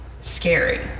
scary